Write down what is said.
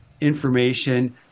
information